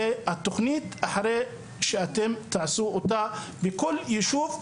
התוכנית אחרי שתעשו אותה עבור כל ישוב,